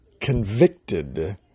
convicted